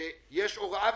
יש הוראה,